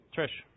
Trish